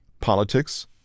politics